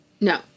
No